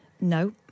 No